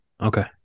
Okay